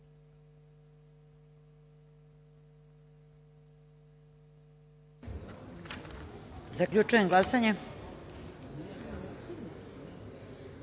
Zaključujem glasanje: